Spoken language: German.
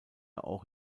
auch